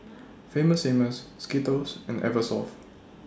Famous Amos Skittles and Eversoft